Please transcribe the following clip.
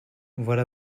voilà